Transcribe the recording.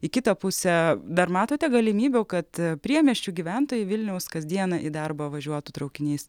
į kitą pusę dar matote galimybių kad priemiesčių gyventojai vilniaus kasdieną į darbą važiuotų traukiniais